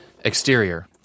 Exterior